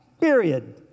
period